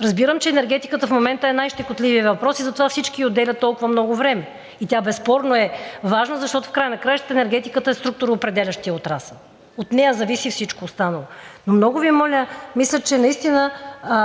Разбирам, че енергетиката в момента е най-щекотливият въпрос и затова всички ѝ отделят толкова много време. Тя безспорно е важна, защото в края на краищата енергетиката е структуроопределящият отрасъл, от нея зависи всичко останало. Мисля, че наистина